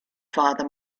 father